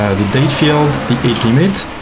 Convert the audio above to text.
ah the date field, the age limit,